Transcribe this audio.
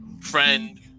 friend